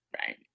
Right